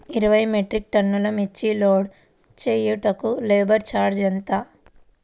ఇరవై మెట్రిక్ టన్నులు మిర్చి లోడ్ చేయుటకు లేబర్ ఛార్జ్ ఎంత?